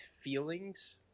feelings